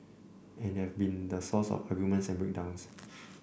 and they have been the source of arguments and break downs